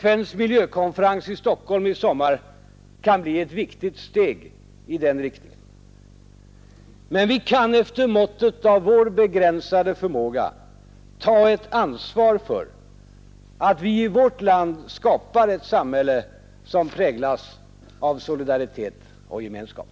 FN:s miljökonferens i Stockholm i sommar kan bli ett viktigt steg i den riktningen. Men vi kan efter måttet av vår begränsade förmåga ta ett ansvar för att vi i vårt land skapar ett samhälle som präglas av solidaritet och gemenskap.